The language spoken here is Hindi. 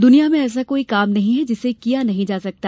दुनिया में ऐसा कोई काम नहीं जिसे किया नहीं जा सकता